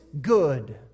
good